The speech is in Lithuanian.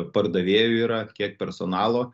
pardavėjų yra kiek personalo